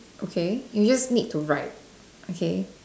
okay you just need to write okay